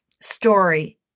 story